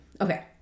Okay